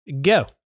go